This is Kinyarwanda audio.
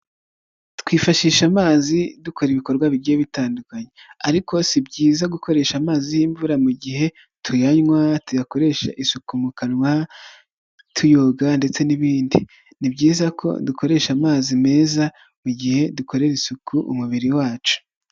Twifashisha amazi dukora ibikorwa bigiye bitandukanye, ariko si byiza gukoresha amazi y'imvura mu gihe tuyanywa, tuyakoresha isuku mu kanwa, tuyoga ndetse n'ibindi, ni byiza ko dukoresha amazi meza mu gihe dukorera isuku umubiri wacu.